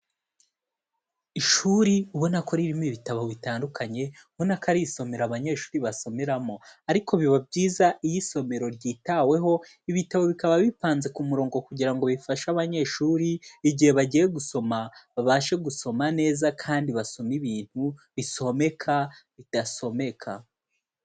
Ishuri ubona ko ririmo ibitabo bitandukanye, ubona ko ari isomero abanyeshuri basomeramo ariko biba byiza iyo isomero ryitaweho, ibitabo bikaba bipanze ku murongo kugira ngo bifashe abanyeshuri igihe bagiye gusoma babashe gusoma neza kandi basome ibintu bisomeka bidasomeka.